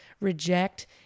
reject